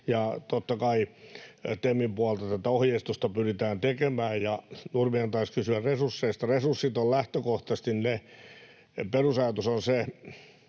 Totta kai TEMin puolelta tätä ohjeistusta pyritään tekemään. Ja Nurminen taisi kysyä resursseista. Resursseissa on perusajatuksena se,